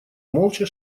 молча